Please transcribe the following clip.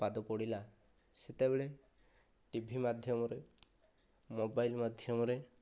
ପାଦ ପଡ଼ିଲା ସେତେବେଳେ ଟିଭି ମାଧ୍ୟମରେ ମୋବାଇଲ ମାଧ୍ୟମରେ